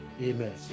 amen